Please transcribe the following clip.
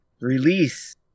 release